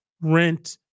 rent